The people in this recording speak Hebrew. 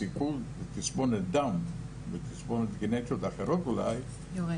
הסיכוי לתסמונת דאון ותסמונות גנטיות אחרות אולי יורד.